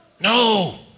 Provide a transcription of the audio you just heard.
No